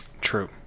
True